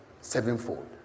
sevenfold